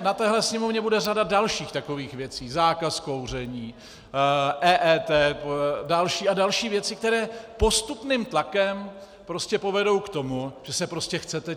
Na téhle sněmovně bude řada dalších takových věcí zákaz kouření, EET, další a další věci, které postupným tlakem povedou k tomu, že se prostě chcete